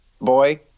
boy